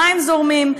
מים זורמים,